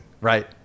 Right